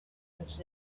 ens